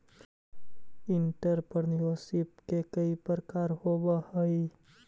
entrepreneurship के कई प्रकार होवऽ हई